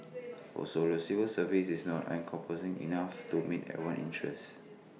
also the civil service is not encompassing enough to meet everyone interest